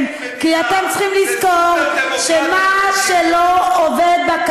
לחץ על היועץ המשפטי כדי שיפעל בדרך שנראית לכם,